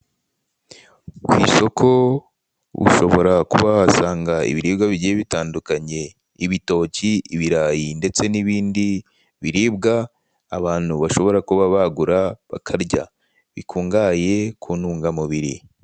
Ku isoko ushobora kuba wahasanga ibiribwa bigiye bitandukanye ibitoki, ibirayi ndetse n'ibindi biribwa abantu bashobora kuba bagura bakarya bikungahaye ku ntungamubiri.